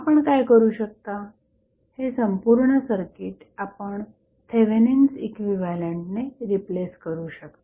आपण काय करू शकता हे संपूर्ण सर्किट आपण थेवेनिन्स इक्विव्हॅलंटने रिप्लेस करू शकता